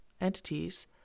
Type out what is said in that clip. entities